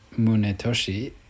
munetoshi